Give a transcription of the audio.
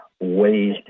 ways